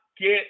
get